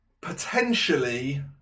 potentially